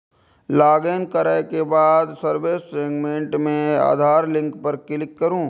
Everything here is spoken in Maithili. लॉगइन करै के बाद सर्विस सेगमेंट मे आधार लिंक पर क्लिक करू